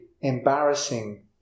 embarrassing